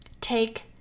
Take